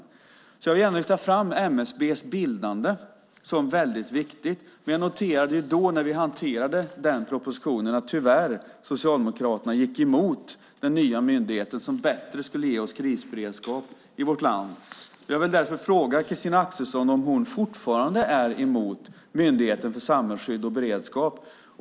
Jag vill därför gärna lyfta fram MSB:s bildande som väldigt viktigt, men jag noterade när den propositionen hanterades att Socialdemokraterna tyvärr var emot bildandet av denna myndighet som skulle ge oss bättre krisberedskap i vårt land. Jag vill därför fråga Christina Axelsson om hon fortfarande är emot Myndigheten för samhällsskydd och beredskap.